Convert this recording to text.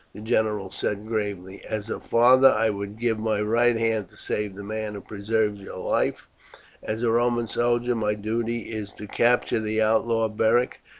the general said gravely. as a father i would give my right hand to save the man who preserved your life as a roman soldier my duty is to capture the outlaw, beric,